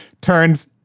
turns